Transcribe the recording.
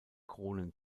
kronen